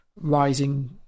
rising